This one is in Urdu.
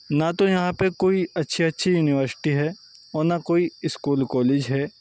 نہ تو یہاں پہ کوئی اچھی اچھی یونیورشٹی ہے اور نہ کوئی اسکول کالج ہے